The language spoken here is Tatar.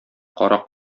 карак